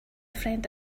friend